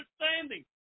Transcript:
understanding